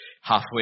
halfway